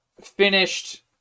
finished